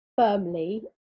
firmly